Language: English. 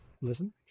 listen